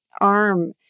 arm